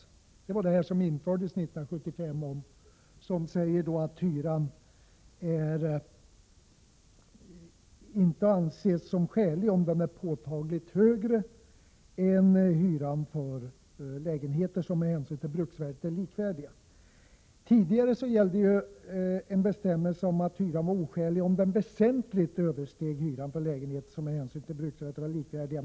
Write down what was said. Det gäller alltså det rekvisit som infördes 1975 och som säger att hyran inte anses skälig om den är påtagligt högre än hyrorna för lägenheter som med hänsyn till bruksvärdet är likvärdiga. Tidigare gällde en bestämmelse om att hyran var oskälig om den väsentligt översteg hyran för lägenheter som med hänsyn till bruksvärdet var likvärdiga.